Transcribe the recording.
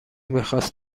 میخواست